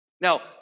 Now